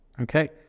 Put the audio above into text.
Okay